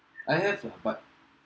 I have it but